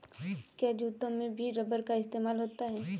क्या जूतों में भी रबर का इस्तेमाल होता है?